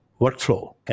workflow